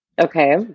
Okay